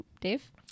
Dave